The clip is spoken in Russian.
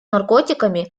наркотиками